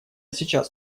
сейчас